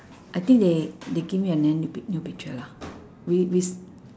I think they they give me a n~ new pic~ new picture lah we we s~